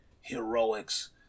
heroics